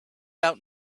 out